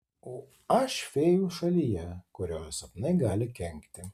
o aš fėjų šalyje kurioje sapnai gali kenkti